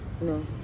No